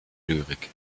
lyrik